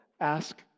Ask